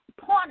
point